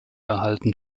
erhalten